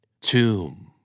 Tomb